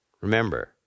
Remember